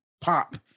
Pop